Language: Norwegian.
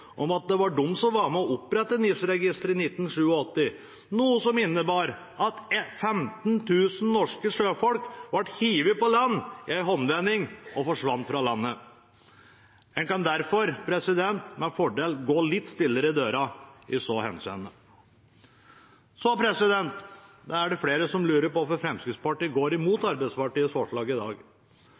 om at det var dem som var med på å opprette NIS-registeret i 1987, noe som innebar at 15 000 norske sjøfolk ble kastet på land i en håndvending og forsvant fra landet. En kan derfor med fordel gå litt stillere i dørene i så henseende. Så er det flere som lurer på hvorfor Fremskrittspartiet går imot Arbeiderpartiets forslag i dag.